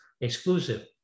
exclusive